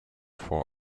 for